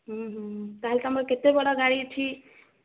ହୁଁ ହୁଁ ତାହେଲେ ତୁମର କେତେ ବଡ଼ ଗାଡ଼ି ଅଛି